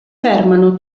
fermano